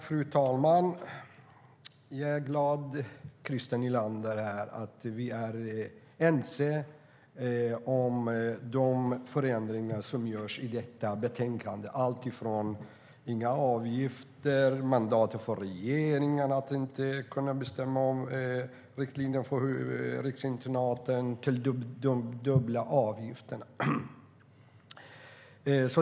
Fru talman! Jag är glad, Christer Nylander, att vi är ense om de förändringar som föreslås i betänkandet, alltifrån inga avgifter, att mandatet för regeringen att besluta om riktlinjer för riksinternat tas bort till frågan om de dubbla avgifterna.